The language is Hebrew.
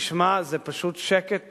תשמע, זה פשוט שקט נפשי.